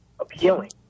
appealing